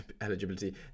eligibility